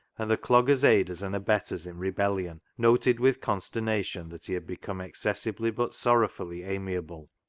and the dogger's aiders and abettors in rebellion noted with consternation that he had become excessively but sorrowfully amiable.